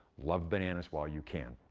love bananas while you can,